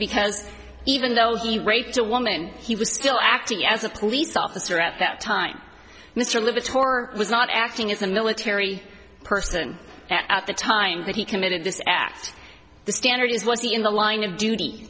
because even though he raped a woman he was still acting as a police officer at that time mr limit or was not acting as a military person at the time that he committed this act the standard is was the in the line of duty